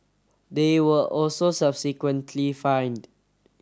they were also subsequently fined